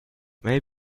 may